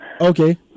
Okay